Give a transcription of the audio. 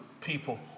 people